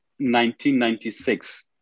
1996